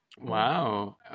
Wow